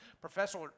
Professor